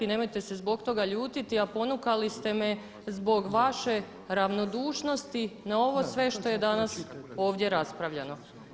Nemojte se zbog toga ljutiti, a ponukali ste me zbog vaše ravnodušnosti na ovo sve što je danas ovdje raspravljano.